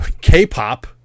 k-pop